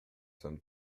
sommes